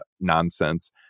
nonsense